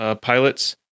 pilots